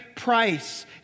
price